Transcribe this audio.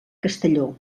castelló